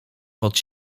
pod